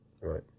Right